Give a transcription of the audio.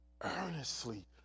earnestly